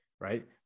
right